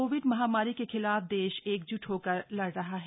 Covid महामारी के खिलाफ देश एकज्ट होकर लड़ रहा है